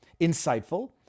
insightful